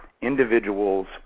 individuals